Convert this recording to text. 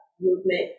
Movement